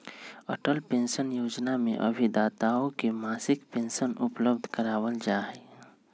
Atal pension योजना में अभिदाताओं के मासिक पेंशन उपलब्ध करावल जाहई